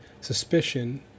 suspicion